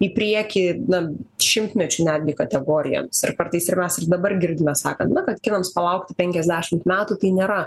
į priekį na šimtmečių netgi kategorijoms ir kartais ir mes ir dabar girdime sakant na kad kinams palaukti penkiasdešimt metų tai nėra